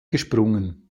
gesprungen